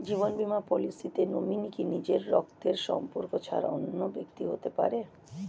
জীবন বীমা পলিসিতে নমিনি কি নিজের রক্তের সম্পর্ক ছাড়া অন্য ব্যক্তি হতে পারে?